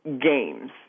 games